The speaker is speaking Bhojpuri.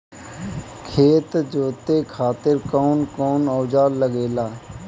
खेत जोते खातीर कउन कउन औजार लागेला?